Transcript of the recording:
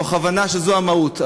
תוך הבנה שזו המהות,